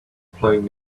playing